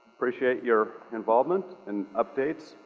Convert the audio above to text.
appreciate your involvement and updates,